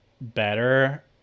better